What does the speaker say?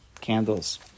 candles